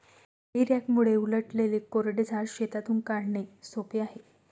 हेई रॅकमुळे उलटलेले कोरडे झाड शेतातून काढणे सोपे आहे